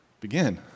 begin